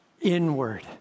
inward